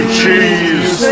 cheese